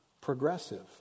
progressive